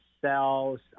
cells